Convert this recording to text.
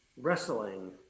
wrestling